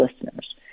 listeners